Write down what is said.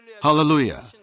Hallelujah